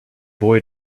boy